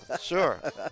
sure